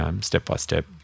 step-by-step